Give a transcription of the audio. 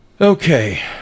Okay